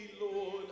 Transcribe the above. Lord